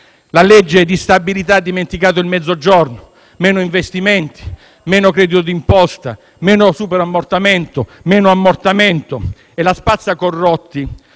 La legge di stabilità ha dimenticato il Mezzogiorno: meno investimenti, meno credito d'imposta, meno superammortamento, meno ammortamento e lo spazzacorrotti